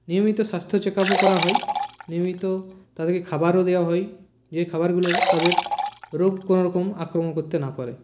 নিয়মিত স্বাস্থ্য চেক আপও করা হয় নিয়মিত তাদেরকে খাবারও দেওয়া হয় এই খাবারগুলো তাদের রোগ কোনো রকম আক্রমণ করতে না পারে